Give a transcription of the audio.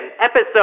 episode